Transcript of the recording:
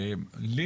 לי,